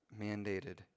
mandated